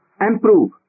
improve